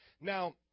Now